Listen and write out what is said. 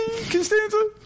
Constanza